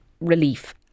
relief